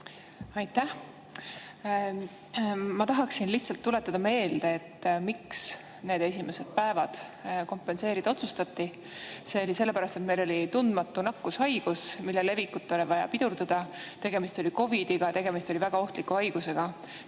Aitäh! Ma tahaksin lihtsalt meelde tuletada, miks neid esimesi päevi kompenseerida otsustati. Sellepärast, et meil oli tundmatu nakkushaigus, mille levikut oli vaja pidurdada, tegemist oli COVID‑iga ja tegemist oli väga ohtliku haigusega,